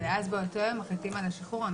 ואז באותו יום מחליטים על השחרור.